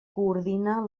coordina